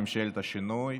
ממשלת השינוי.